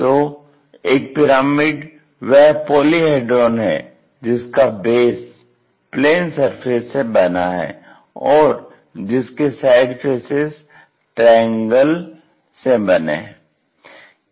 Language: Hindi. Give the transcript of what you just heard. तो एक पिरामिड वह पॉलीहेड्रोन है जिसका बेस प्लेन सर्फेस से बना है और जिसके साइड फेसेज़ ट्रायंगल से बने हैं